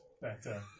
better